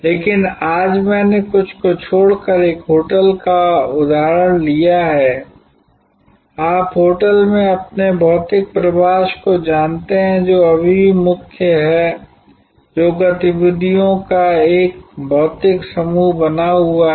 लेकिन आज मैंने कुछ को छोड़कर एक होटल का उदाहरण लिया है आप होटल में अपने भौतिक प्रवास को जानते हैं जो अभी भी मुख्य है जो गतिविधियों का एक भौतिक समूह बना हुआ है